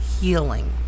healing